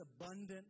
abundant